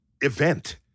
event